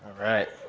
right.